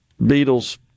Beatles